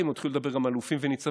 או התחילו לדבר גם על אלופים וניצבים,